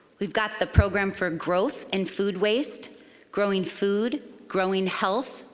we've got the program for growth and food waste growing food, growing health,